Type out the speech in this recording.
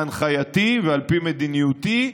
בהנחייתי ועל פי מדיניותי,